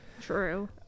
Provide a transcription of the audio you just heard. true